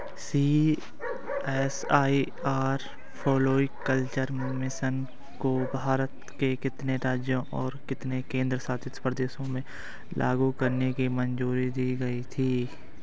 CSIR floriculture mission को भारत के कितने राज्यों और केंद्र शासित प्रदेशों में लागू करने की मंजूरी दी गई थी?